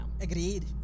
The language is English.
Agreed